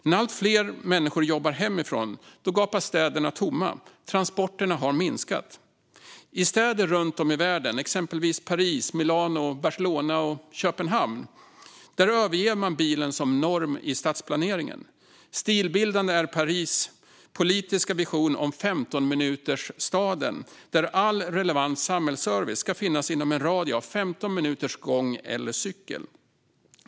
När allt fler jobbar hemifrån gapar städerna tomma - transporterna har minskat. I städer runt om i världen, exempelvis Paris, Milano, Barcelona och Köpenhamn, överger man bilen som norm i stadsplaneringen. Stilbildande är Paris politiska vision om 15-minutersstaden där all relevant samhällsservice ska finnas inom en radie av 15 minuter med gång eller cykel.